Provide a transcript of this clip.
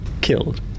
killed